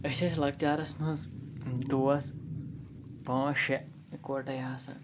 أسۍ ٲسۍ لۄکچارَس منٛز دوس پانٛژھ شےٚ اِکوَٹَے آسان